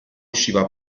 usciva